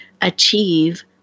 achieve